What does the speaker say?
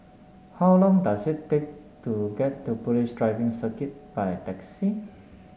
how long does it take to get to Police Driving Circuit by taxi